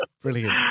Brilliant